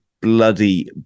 bloody